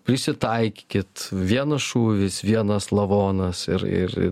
prisitaikykit vienas šūvis vienas lavonas ir ir ir